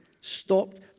stopped